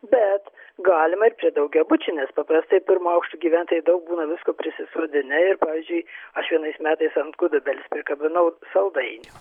bet galima ir prie daugiabučių nes paprastai pirmo aukšto gyventojai daug būna visko prisisodinę ir pavyzdžiui aš vienais metais ant gudobelės prikabinau saldainių